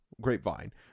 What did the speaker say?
grapevine